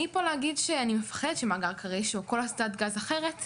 אני פה להגיד אני מפחדת שמאגר כריש או כל אסדת גז אחרת תתקדם.